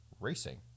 racing